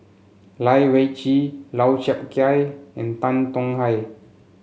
Lai Weijie Lau Chiap Khai and Tan Tong Hye